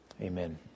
Amen